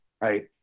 Right